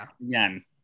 again